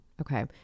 Okay